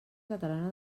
catalana